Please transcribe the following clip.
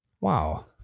Wow